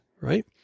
right